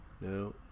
No